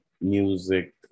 music